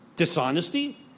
Dishonesty